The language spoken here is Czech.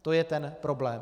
To je ten problém.